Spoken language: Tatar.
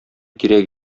кирәк